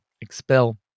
expel